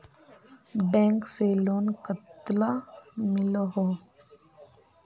Bank से loan कतला मिलोहो?